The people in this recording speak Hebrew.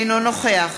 אינו נוכח